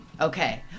Okay